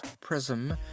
Prism